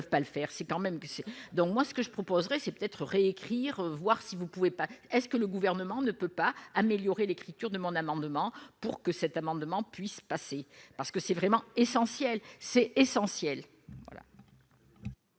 que c'est donc moi ce que je proposerais, c'est peut-être réécrire voir si vous ne pouvez pas est ce que le gouvernement ne peut pas améliorer l'écriture de mon amendement pour que cet amendement puisse passer parce que c'est vraiment essentiel, c'est essentiel.